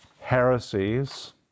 heresies